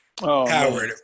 Howard